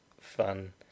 fun